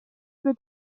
wird